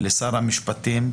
לשר המשפטים,